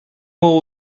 will